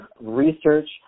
research